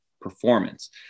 performance